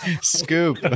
Scoop